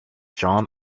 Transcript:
john